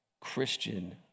Christian